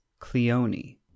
Cleone